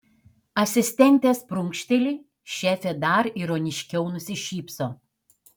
asistentės prunkšteli šefė dar ironiškiau nusišypso